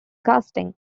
casting